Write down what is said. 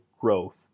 growth